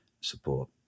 support